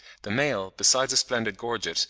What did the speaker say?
the male, besides a splendid gorget,